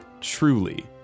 Truly